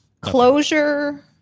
Closure